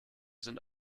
sind